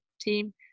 team